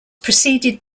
preceded